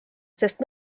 sest